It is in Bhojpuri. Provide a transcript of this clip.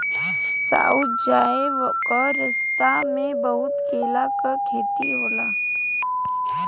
साउथ जाए क रस्ता में बहुत केला क खेती होला